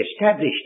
established